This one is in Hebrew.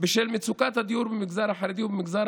בשל מצוקת הדיור במגזר החרדי ובמגזר